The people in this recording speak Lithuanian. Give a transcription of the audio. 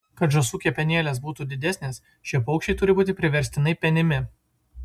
kad žąsų kepenėlės būtų didesnės šie paukščiai turi būti priverstinai penimi